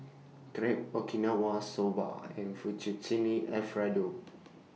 Crepe Okinawa Soba and Fettuccine Alfredo